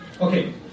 Okay